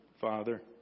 Father